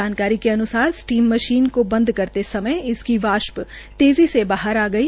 जानकारी के अन्सार स्टीम मशीन को बंद करते समय इसकी वाष्प तेजी से बाहर आ गई